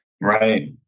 Right